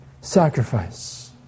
sacrifice